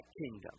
kingdom